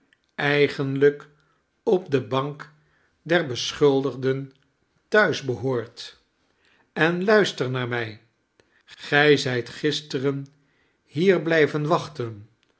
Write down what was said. eigenlijk op de bank der beschuldigden thuis behoort en luister naar mij gij zijt gisteren hier blijven wachten